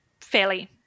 fairly